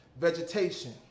vegetation